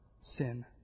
sin